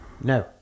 No